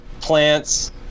plants